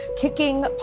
kicking